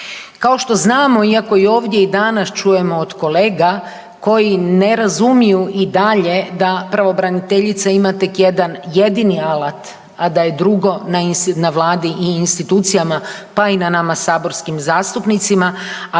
Kao što znamo, iako ovdje i danas čujemo od kolega koji ne razumiju i dalje da pravobraniteljica ima tek jedan jedini alat, a da je drugo na Vladi i institucijama, pa i na nama saborskim zastupnicima,